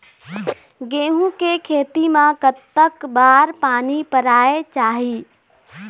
गेहूं के खेती मा कतक बार पानी परोए चाही?